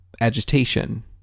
...agitation